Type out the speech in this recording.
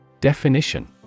Definition